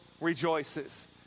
rejoices